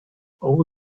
all